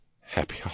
Happy